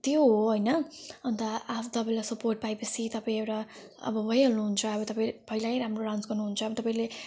त्यो हो होइन अन्त अब तपाईँलाई सपोर्ट पाए पछि तपाईँ एउटा अब भइहाल्नु हुन्छ अब तपाईँ पहिलै राम्रो डान्स गर्नु हुन्छ तपाईँले